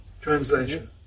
Translation